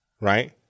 right